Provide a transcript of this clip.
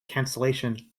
cancellation